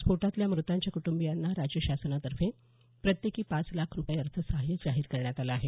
स्फोटातल्या मृतांच्या कुटंबियांना राज्य शासनातर्फे प्रत्येकी पाच लाख रुपये अर्थसहाय्य जाहीर करण्यात आलं आहे